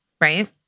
Right